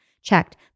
checked